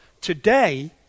today